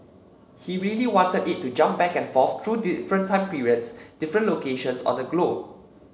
he really wanted it to jump back and forth through different time periods different locations on the globe